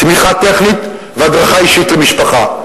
תמיכה טכנית והדרכה אישית למשפחה,